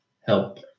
help